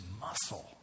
muscle